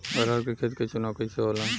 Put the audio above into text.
अरहर के खेत के चुनाव कइसे होला?